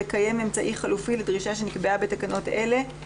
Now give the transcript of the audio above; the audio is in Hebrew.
לקיים אמצעי חלופי לדרישה שנקבעה בתקנות אלה,